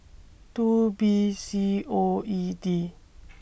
two B C O E D